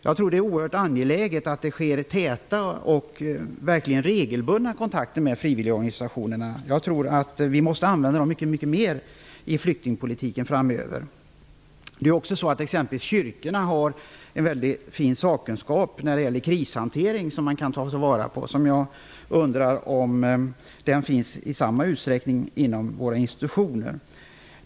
Jag tror att det är oerhört angeläget med täta och regelbundna kontakter med frivilligorganisationerna. Vi måste använda dem mycket mer i flyktingpolitiken framöver. Exempelvis kyrkorna har väldigt fin sakkunskap när det gäller krishantering, som man kan ta vara på. Jag undrar om den sakkunskapen finns i samma utsträckning inom våra institutioner.